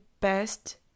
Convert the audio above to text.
best